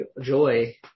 joy